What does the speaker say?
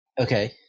Okay